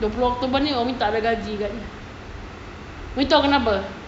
dua puluh bermakna umi takde gaji kan umi tahu kenapa